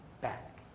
back